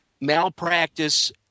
malpractice